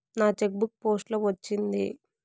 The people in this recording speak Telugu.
నా చెక్ బుక్ పోస్ట్ లో వచ్చింది